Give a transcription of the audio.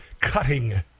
cutting